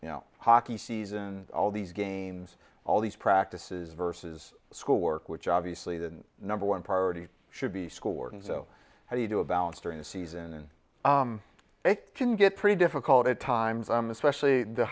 you know hockey season all these games all these practices versus schoolwork which obviously the number one priority should be scored so how do you do a balance during the season and they can get pretty difficult at times i'm especially the